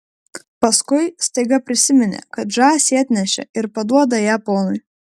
paskui staiga prisiminė kad žąsį atnešė ir paduoda ją ponui